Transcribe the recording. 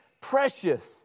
precious